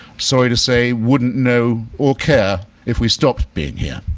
sorry to say, wouldn't know or care if we stopped being here.